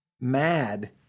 Mad